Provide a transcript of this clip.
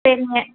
சரிங்க